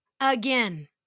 Again